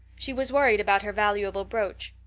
she was worried about her valuable brooch.